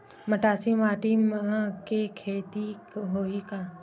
मटासी माटी म के खेती होही का?